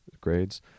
grades